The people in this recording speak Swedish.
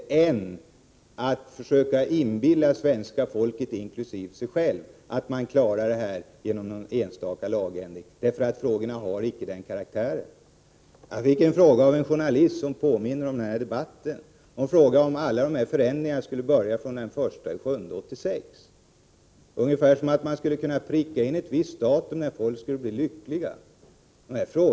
Man skall inte försöka att inbilla svenska folket inkl. sig själv att man klarar dessa frågor med en enstaka lagändring, för frågorna har icke den karaktären. Jag fick en fråga av en journalist som påminner om den här debatten. Hon frågade om alla förändringar skulle gälla från den 1 juli 1986— ungefär som att man skulle kunna pricka in ett visst datum när folk skall bli lyckliga!